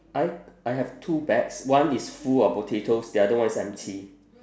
I I have two bags one is full of potatoes the other one is empty